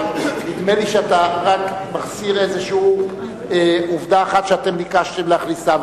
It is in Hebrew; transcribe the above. נדמה לי שאתה רק מחסיר איזו עובדה אחת שאתם ביקשתם להכניסה,